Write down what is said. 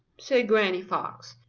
said granny fox.